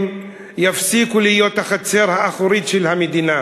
יפסיקו להיות החצר האחורית של המדינה,